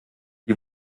sie